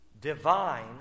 divine